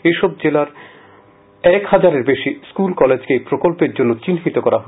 এসব জেলার এক হাজারের বেশি স্কুল কলেজকে এই প্রকল্পের জন্য চিহ্নিত করা হয়েছে